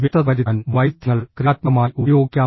വ്യക്തത വരുത്താൻ വൈരുദ്ധ്യങ്ങൾ ക്രിയാത്മകമായി ഉപയോഗിക്കാം